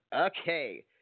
Okay